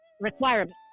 requirements